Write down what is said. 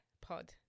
pod